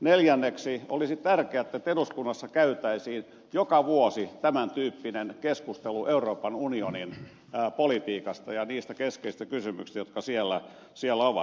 neljänneksi olisi tärkeää että eduskunnassa käytäisiin joka vuosi tämän tyyppinen keskustelu euroopan unionin politiikasta ja niistä keskeisistä kysymyksistä jotka siellä ovat